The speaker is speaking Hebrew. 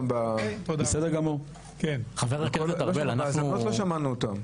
בפרשת ההאזנות עוד לא שמענו אותם.